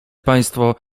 państwo